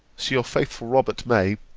so your faithful robert may,